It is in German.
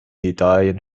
italien